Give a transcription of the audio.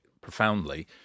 profoundly